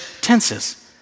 tenses